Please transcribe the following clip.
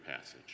passage